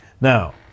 Now